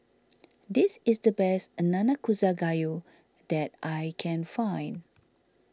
this is the best Nanakusa Gayu that I can find